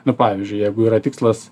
nu pavyzdžiui jeigu yra tikslas